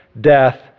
death